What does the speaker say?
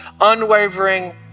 unwavering